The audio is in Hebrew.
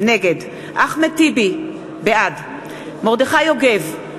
נגד אחמד טיבי, בעד מרדכי יוגב,